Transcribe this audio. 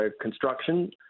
construction